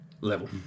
level